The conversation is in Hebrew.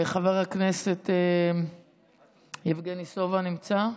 חבר הכנסת יבגני סובה, נמצא?